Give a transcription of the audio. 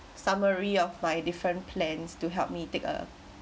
summary of by different plans to help me take a